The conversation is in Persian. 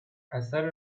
اثر